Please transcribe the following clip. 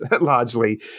largely